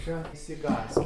čia neišsigąskit